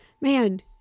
Man